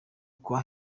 kwa